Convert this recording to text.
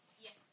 Yes